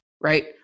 right